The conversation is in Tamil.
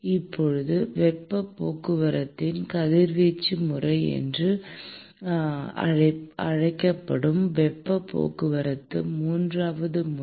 இப்போது வெப்பப் போக்குவரத்தின் கதிர்வீச்சு முறை என்று அழைக்கப்படும் வெப்பப் போக்குவரத்து மூன்றாவது முறை